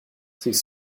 sich